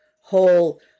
whole